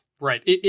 right